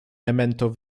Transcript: memento